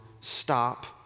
stop